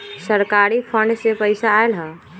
सरकारी फंड से पईसा आयल ह?